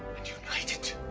and united,